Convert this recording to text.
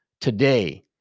Today